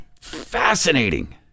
Fascinating